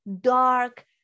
dark